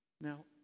Now